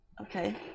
Okay